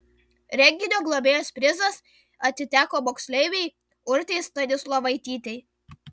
renginio globėjos prizas atiteko moksleivei urtei stanislovaitytei